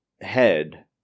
head